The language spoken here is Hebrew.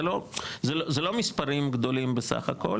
זה לא מספרים גדולים בסך הכול,